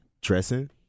dressing